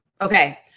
okay